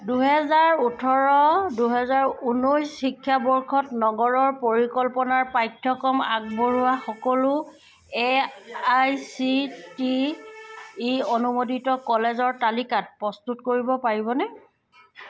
দুহেজাৰ ওঠৰ দুহেজাৰ ঊনৈছ শিক্ষাবৰ্ষত নগৰৰ পৰিকল্পনাৰ পাঠ্যক্ৰম আগবঢ়োৱা সকলো A I C T E অনুমোদিত কলেজৰ তালিকাত প্ৰস্তুত কৰিব পাৰিবনে